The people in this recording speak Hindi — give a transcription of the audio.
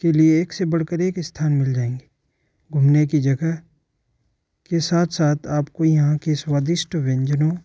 के लिए एक से बढ़कर एक स्थान मिल जाएँगे घूमने की जगह के साथ साथ आपको यहाँ के स्वादिष्ट व्यंजनों